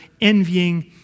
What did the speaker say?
envying